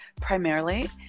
primarily